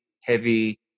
heavy